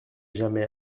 jamais